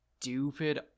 stupid